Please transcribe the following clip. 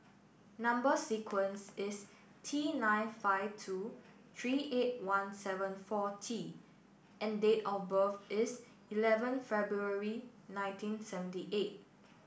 number sequence is T nine five two three eight one seven four T and date of birth is eleven February nineteen seventy eight